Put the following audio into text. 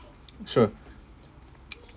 sure